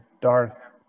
Darth